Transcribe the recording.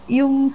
yung